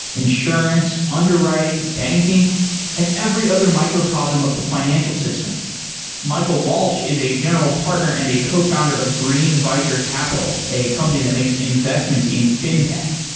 insurance, underwriting, banking and every other microcosm of the financial system michael walsh is a general partner and a co-founder of green visor capital a company that makes investments in fintech.